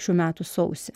šių metų sausį